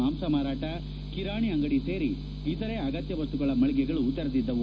ಮಾಂಸ ಮಾರಾಟ ಕಿರಾಣಿ ಅಂಗಡಿ ಸೇರಿ ಇತರೆ ಅಗತ್ಯ ವಸ್ತುಗಳ ಮಳಿಗೆಗಳು ತೆರೆದಿದ್ದವು